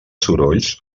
sorolls